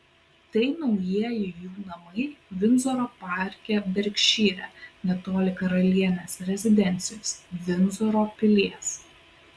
tai naujieji jų namai vindzoro parke berkšyre netoli karalienės rezidencijos vindzoro pilies